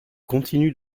continue